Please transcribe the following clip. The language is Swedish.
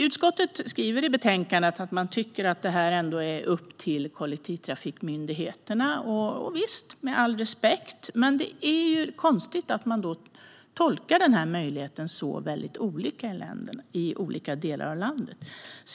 Utskottet skriver i betänkandet att man tycker att det här är upp till trafikmyndigheterna, och visst, jag har all respekt för det, men det är konstigt att den här möjligheten tolkas så olika i olika delar av landet.